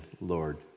Lord